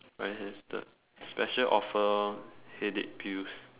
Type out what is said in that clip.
I have the special offer headache pills